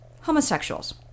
homosexuals